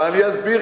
אבל אני אסביר,